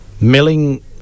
Milling